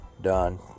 done